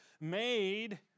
made